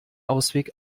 ausweg